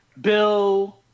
Bill